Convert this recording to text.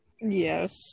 Yes